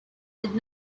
did